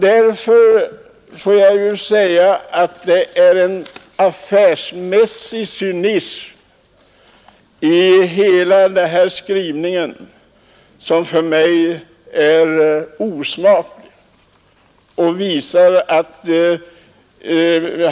Hela den här skrivelsen visar en cynism som för mig är osmaklig.